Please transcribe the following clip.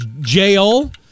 jail